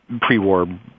pre-war